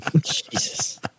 Jesus